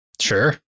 Sure